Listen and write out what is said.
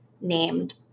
named